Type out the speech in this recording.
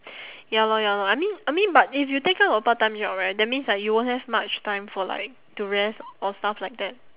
ya lor ya lor I mean I mean but if you take up a part time job right that means like you won't have much time for like to rest or stuff like that